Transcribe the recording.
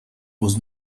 was